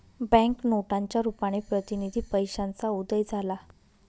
bank नोटांच्या रुपाने प्रतिनिधी पैशाचा उदय झाला